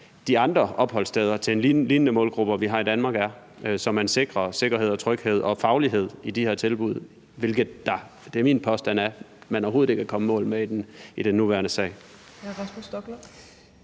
de andre opholdssteder, vi har i Danmark, til en lignende målgruppe, så man sikrer sikkerhed og tryghed og faglighed i de her tilbud, hvilket – det er min påstand – man overhovedet ikke er kommet i mål med i den nuværende sag?